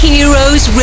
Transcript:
Heroes